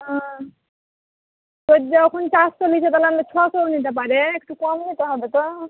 ও তোর যখন চারশো নিচ্ছে তাহলে আমাদের ছশোও নিতে পারে একটু কম নিতে হবে তো